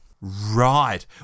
Right